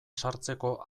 sartzeko